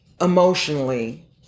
emotionally